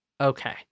Okay